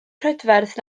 prydferth